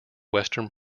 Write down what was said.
western